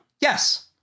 Yes